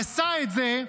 עשה את זה,